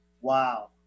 Wow